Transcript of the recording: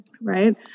Right